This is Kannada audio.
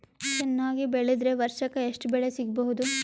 ಚೆನ್ನಾಗಿ ಬೆಳೆದ್ರೆ ವರ್ಷಕ ಎಷ್ಟು ಬೆಳೆ ಸಿಗಬಹುದು?